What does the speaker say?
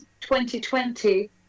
2020